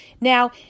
Now